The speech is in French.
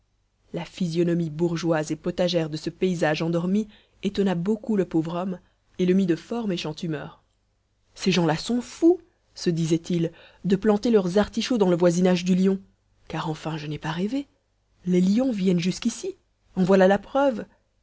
la physionomie bourgeoise et potagère de ce paysage endormi étonna beaucoup le pauvre homme et le mit de fort méchante humeur ces gens-là sont fous se disait-il de planter leurs artichauts dans le voisinage du lion car enfin je n'ai pas rêvé les lions viennent jusqu'ici en voilà la preuve